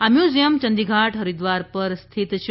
આ મ્યુઝિયમ ચંડીઘાટ હરિદ્વાર પર સ્થિત છે